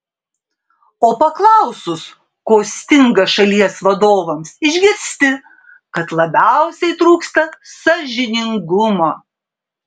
o paklausus ko stinga šalies vadovams išgirsti kad labiausiai trūksta sąžiningumo